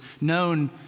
known